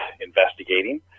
investigating